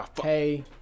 hey